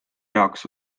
jaoks